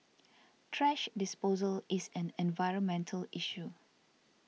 thrash disposal is an environmental issue